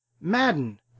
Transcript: Madden